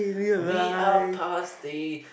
we are pasty